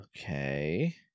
Okay